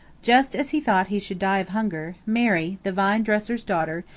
just as he thought he should die of hunger, mary, the vine-dresser's daughter,